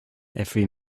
every